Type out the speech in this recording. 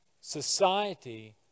society